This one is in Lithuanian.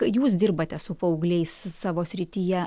jūs dirbate su paaugliais savo srityje